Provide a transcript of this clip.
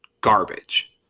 garbage